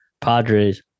Padres